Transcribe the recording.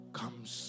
comes